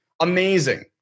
amazing